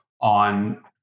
on